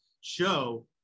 show